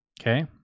Okay